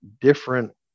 different